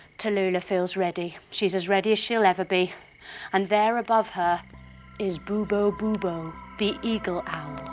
tallulah feels ready, she's as ready as she'll ever be and there above her is boobo boobo the eagle owl.